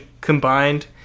combined